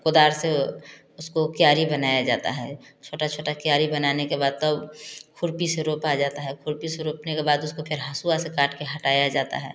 कोदार से उसको क्यारी बनाया जाता है छोटा छोटा क्यारी बनाने के बाद तब खुरपी रोपा जाता है खुरपी से रोपने के बाद उसको फिर हसुआ से काट के हटाया जाता है